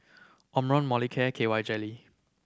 Omron Molicare and K Y Jelly